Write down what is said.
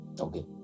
Okay